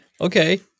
Okay